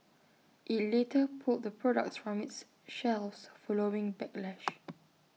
IT later pulled the products from its shelves following backlash